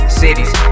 cities